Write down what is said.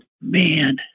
man